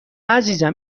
عزیزم